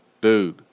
dude